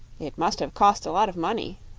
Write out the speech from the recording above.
it must have cost a lot of money,